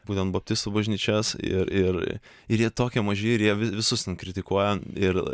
būtent baptistų bažnyčias ir ir ir jie tokie maži ir jie visus kritikuoja ir